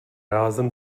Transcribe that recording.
rázem